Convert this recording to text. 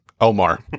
Omar